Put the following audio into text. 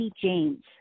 James